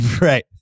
Right